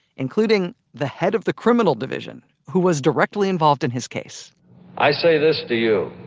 including the head of the criminal division who was directly involved in his case i say this to you